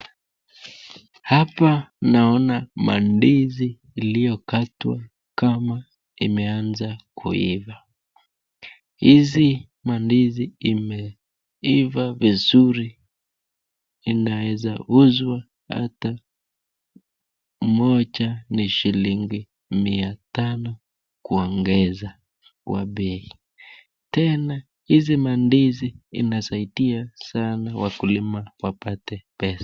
Hapa naona mandizi iliyokatwa kama imeanza kuiva ,hizi mandizi imeiva vizuri inaeza uzwa hata moja ni shilingi mia tano kuongeza kwa bei tena hizi mandizi inasaidia sana wakulima wapate pesa.